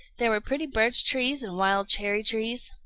there were pretty birch-trees and wild cherry-trees.